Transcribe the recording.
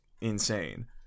insane